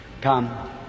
Come